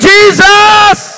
Jesus